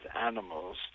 animals